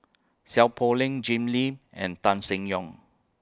Seow Poh Leng Jim Lim and Tan Seng Yong